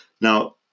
Now